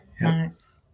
Nice